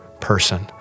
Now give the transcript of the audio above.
person